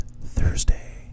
Thursday